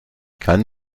kann